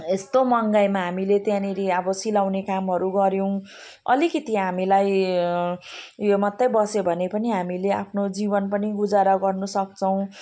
यस्तो महँगाइमा हामीले त्यहाँनिर अब सिलाउने कामहरू गऱ्यौँ अलिकति हामीलाई उयो मात्रै बस्यो भने पनि हामीले आफ्नो जीवन पनि गुजारा गर्नुसक्छौँ